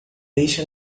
deixe